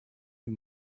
you